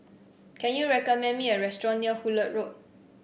can you recommend me a restaurant near Hullet Road